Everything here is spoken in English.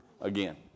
again